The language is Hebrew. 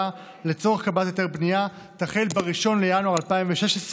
לצורך קבלת היתר בנייה תחל ב-1 בינואר 2016,